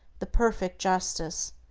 the perfect justice,